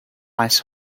ice